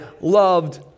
loved